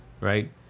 right